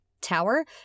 tower